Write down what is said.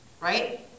right